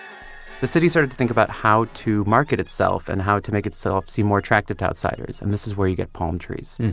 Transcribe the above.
the city started to think about how to market itself and how to make itself seem more attractive to outsiders. and this is where you get palm trees.